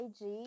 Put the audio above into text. IG